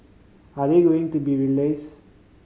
are they going to be rallies